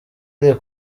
ari